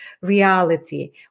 reality